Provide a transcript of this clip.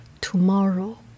tomorrow